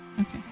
Okay